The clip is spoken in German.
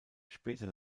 später